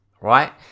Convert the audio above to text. right